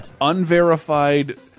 unverified